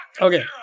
Okay